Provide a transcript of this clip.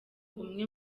umwe